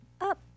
up